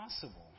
possible